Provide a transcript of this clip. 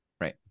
right